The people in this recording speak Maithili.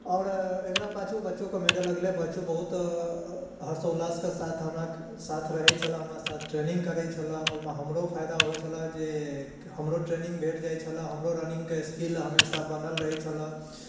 आओर एकरा पाछु बच्चो कऽ मेडल लगलै बच्चो बहुत हर्षोल्लास कऽ साथ हमरा साथ रहै छलऽ हमरा साथ ट्रेनिङ्ग करैत छलऽ ओहिमे हमरो फायदा होइत छलऽ जे हमरो ट्रेनिङ्ग भेट जाइत छलऽ हमरो रनिङ्गके स्किल हमेशा बनल रहैत छलऽ